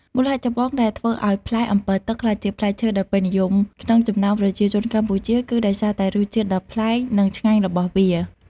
មូលហេតុចម្បងដែលធ្វើឱ្យផ្លែអម្ពិលទឹកក្លាយជាផ្លែឈើដ៏ពេញនិយមក្នុងចំណោមប្រជាជនកម្ពុជា គឺដោយសារតែរសជាតិដ៏ប្លែក និងឆ្ងាញ់របស់វា។